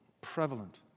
prevalent